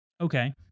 Okay